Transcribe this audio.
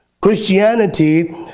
Christianity